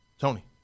Tony